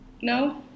No